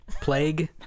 Plague